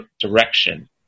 direction